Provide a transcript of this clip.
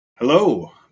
Hello